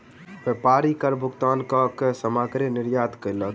व्यापारी कर भुगतान कअ के सामग्री निर्यात कयलक